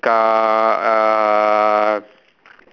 uh